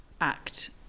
act